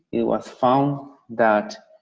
it was found that